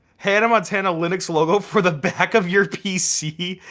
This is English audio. hannah montana linux logo for the back of your pc?